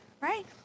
right